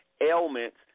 ailments